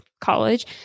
college